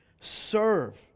serve